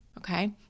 Okay